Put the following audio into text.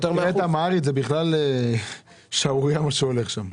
--- אמהרית, זה בכלל שערורייה מה שהולך שם.